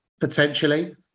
potentially